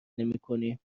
نمیکنیم